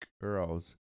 girls